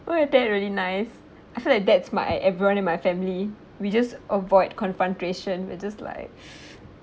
oh your dad really nice I feel like that's my e~ everyone in my family we just avoid confrontation we're just like